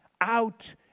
out